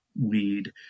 weed